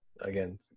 Again